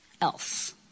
else